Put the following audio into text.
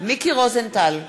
מיקי רוזנטל,